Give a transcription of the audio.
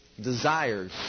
desires